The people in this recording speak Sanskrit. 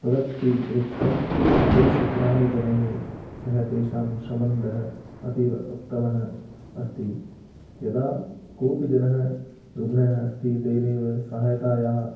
तदतिरिक्तं सैश ग्रामजनैः सः तेषां शमन्धः अतीव उत्तमः अस्ति यदा कोऽपि जनः रुग्णः अस्ति तेनेव सहायतायाः